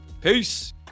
peace